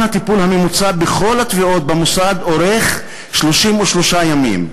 הטיפול הממוצע בכל התביעות במוסד אורך 33 ימים,